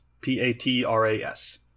P-A-T-R-A-S